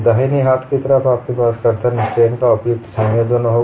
दाहिने हाथ की तरफ आपके पास कर्तन स्ट्रेन का उपयुक्त संयोजन होगा